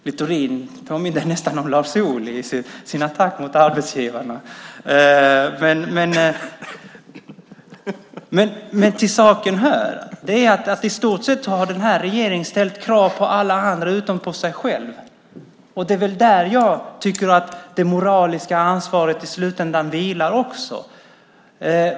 Littorin påminde nästan om Lars Ohly i sin attack mot arbetsgivarna. Till saken hör att den här regeringen har ställt krav på alla andra utom på sig själv. Det är där jag tycker att det moraliska ansvaret vilar i slutändan också.